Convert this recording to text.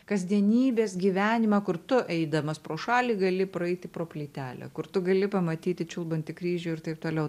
kasdienybės gyvenimą kur tu eidamas pro šalį gali praeiti pro plytelę kur tu gali pamatyti čiulbantį kryžių ir taip toliau